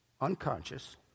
unconscious